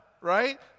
right